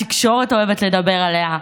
שהתקשורת אוהבת לדבר עליה,